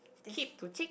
keep to cheek